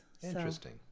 Interesting